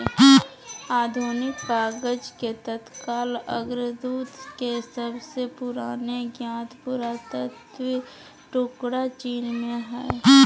आधुनिक कागज के तत्काल अग्रदूत के सबसे पुराने ज्ञात पुरातात्विक टुकड़ा चीन में हइ